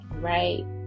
right